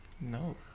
No